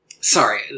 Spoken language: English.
Sorry